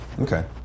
Okay